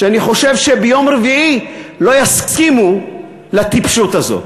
שביום רביעי לא יסכימו לטיפשות הזאת.